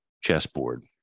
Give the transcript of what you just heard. chessboard